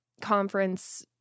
conference